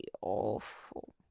awful